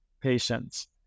patients